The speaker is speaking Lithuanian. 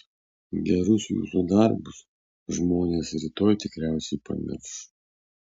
gerus jūsų darbus žmonės rytoj tikriausiai pamirš